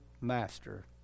master